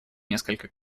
несколько